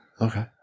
Okay